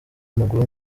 w’amaguru